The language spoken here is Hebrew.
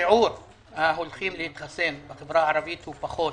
שיעור ההולכים להתחסן בחברה הערבית הוא פחות